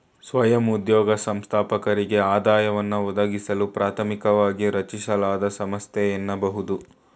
ಸ್ವಯಂ ಉದ್ಯೋಗ ಸಂಸ್ಥಾಪಕರಿಗೆ ಆದಾಯವನ್ನ ಒದಗಿಸಲು ಪ್ರಾಥಮಿಕವಾಗಿ ರಚಿಸಲಾದ ಸಂಸ್ಥೆ ಎನ್ನಬಹುದು